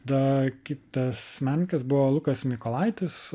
dar kitas menininkas buvo lukas mykolaitis